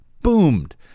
boomed